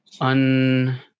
un